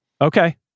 Okay